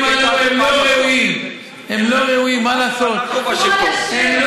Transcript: אתם כבר בשלטון.